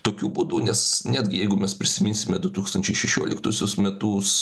tokiu būdu nes netgi jeigu mes prisiminsime du tūkstančiai šešioliktuosius metus